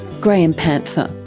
graham panther,